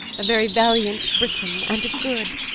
a very valiant briton and a good,